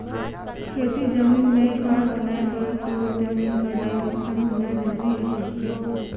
खेती जमीन मे घर बनाए बर तोर जमीन कर डाइवरसन होना जरूरी अहे